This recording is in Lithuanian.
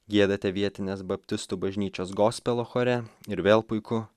giedate vietinės baptistų bažnyčios gospelo chore ir vėl puiku